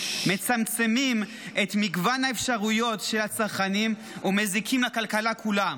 מצמצמים את מגוון האפשרויות של הצרכנים ומזיקים לכלכלה כולה.